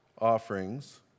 offerings